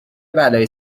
بلایی